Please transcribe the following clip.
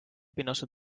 pinnase